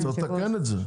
צריך לתקן את זה.